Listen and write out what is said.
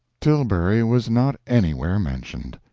tilbury was not anywhere mentioned.